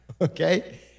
okay